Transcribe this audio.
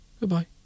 Goodbye